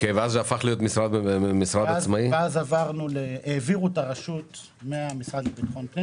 אז העבירו את הרשות מהמשרד לביטחון פנים